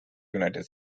united